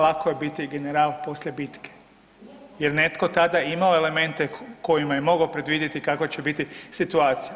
Lako je biti general poslije bitke jer netko tada imao elemente kojima je mogao predvidjeti kava će biti situacija.